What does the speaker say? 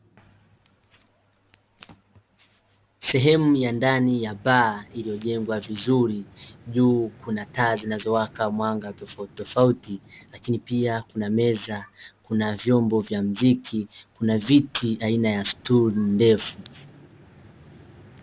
Sehemu ya ndani ya baa iliyojengwa vizuri, juu kuna taa zinazowaka mwanga tofautitofauti lakini pia kuna meza, kuna vyombo vya muziki, kuna viti aina ya stuli ndefu.